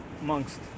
amongst